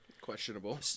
Questionable